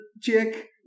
chick